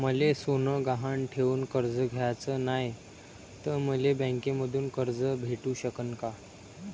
मले सोनं गहान ठेवून कर्ज घ्याचं नाय, त मले बँकेमधून कर्ज भेटू शकन का?